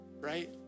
right